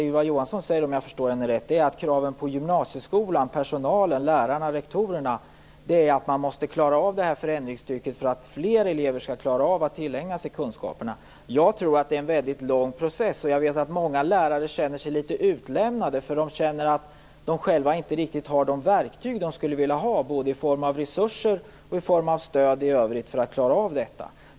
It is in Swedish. Det Ylva Johansson säger, om jag förstår henne rätt, är att det krävs av gymnasieskolan - personalen, lärarna och rektorerna - att man klarar av förändringstrycket så att fler elever klarar av att tillägna sig kunskaperna. Jag tror att det är en väldigt lång process. Jag vet att många lärare känner sig litet utlämnade. De känner att de själva inte riktigt har de verktyg de skulle vilja ha både i form av resurser och i form av stöd i övrigt för att klara av det.